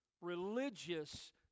religious